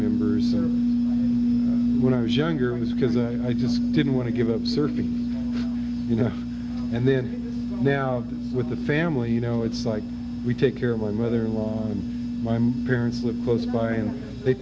members when i was younger it was because i just didn't want to give up serving you know and then now with the family you know it's like we take care of my mother in law and my parents live close by and they